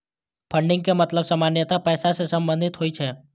funding के मतलब सामान्यतः पैसा सं संबंधित होइ छै